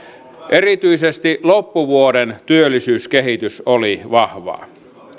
erityisesti loppuvuoden työllisyyskehitys oli vahvaa